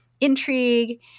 intrigue